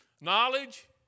knowledge